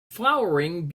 flowering